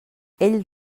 ell